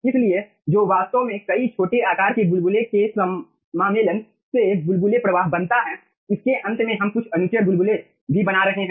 इसलिए जो वास्तव में कई छोटे आकार के बुलबुले के समामेलन से बुलबुले प्रवाह बनता है इसके अंत में हम कुछ अनुचर बुलबुले भी बना रहे हैं